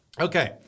Okay